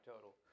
Total